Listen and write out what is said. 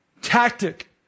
tactic